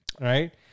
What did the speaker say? Right